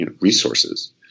resources